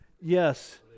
yes